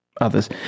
others